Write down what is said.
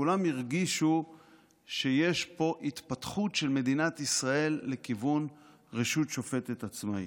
כולם הרגישו שיש פה התפתחות של מדינת ישראל לכיוון רשות שופטת עצמאית.